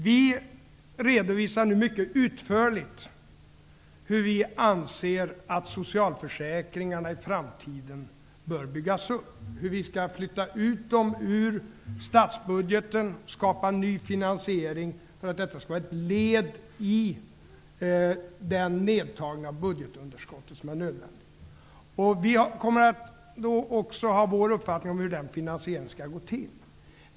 Vi redovisar nu mycket utförligt hur vi anser att socialförsäkringarna i framtiden bör bygas upp, hur vi skall flytta ut dem ur statsbudgeten och skapa ny finansiering för att detta skall vara ett led i den nedtagning av budgetunderskottet som är nödvändig. Vi kommer också att ha vår uppfattning om hur den finansieringen skall gå till.